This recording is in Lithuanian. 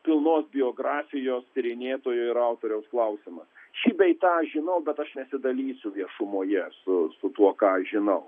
pilnos biografijos tyrinėtojo ir autoriaus klausimas šį bei tą žinau bet aš nesidalysiu viešumoje su su tuo ką aš žinau